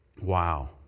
Wow